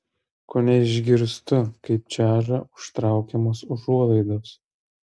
kone išgirstu kaip čeža užtraukiamos užuolaidos